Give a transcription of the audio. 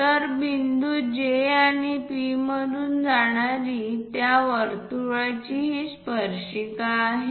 तर बिंदू J आणि P मधून जाणारी त्या वर्तुळाची ही स्पर्शिका आहे